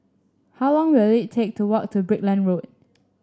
how long will it take to walk to Brickland Road